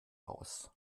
aus